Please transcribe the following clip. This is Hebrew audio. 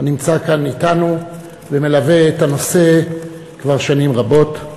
הנמצא כאן אתנו ומלווה את הנושא כבר שנים רבות,